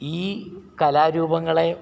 ഈ കലാരൂപങ്ങളെ